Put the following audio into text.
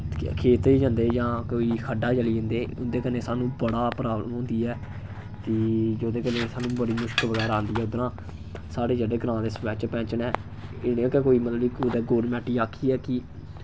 खेत्तरे जन्दे जां कोई खड्डा चली जन्दे उं'दे कन्नै सानू बड़ा प्राब्लम होंदी ऐ कि जुदे कन्नै सानू बड़ी मुश्क बगैरा आंदी ऐ उद्धरा साढ़े जेह्ड़े ग्रांऽ दे सरपैंच पैंच न इ'नें गै कोई मतलब कि कुतै गोरमैंट गी आक्खियै कि